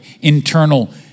internal